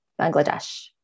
Bangladesh